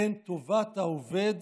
טובת העובד